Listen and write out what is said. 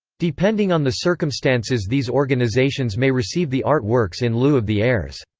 depending on the circumstances these organizations may receive the art works in lieu of the heirs.